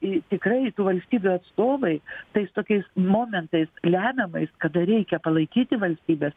į tikrai tų valstybių atstovai tais tokiais momentais lemiamais kada reikia palaikyti valstybes